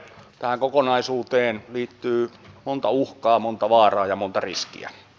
tähän kokonaisuuteen liittyy monta uhkaa monta vaaraa ja monta riskiä